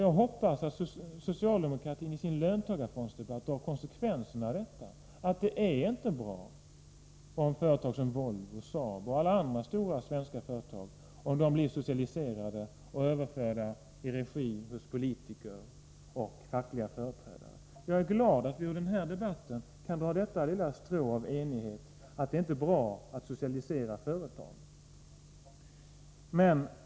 Jag hoppas att socialdemokratin i sin löntagarfondsdebatt drar konsekvenserna av detta, nämligen att det inte är bra om Volvo, Saab och alla andra stora svenska företag blir socialiserade och överförda i politikers och fackliga företrädares regi. Jag är glad att vi ur den här debatten kan dra detta lilla strå av enighet, att det inte är bra att socialisera företag.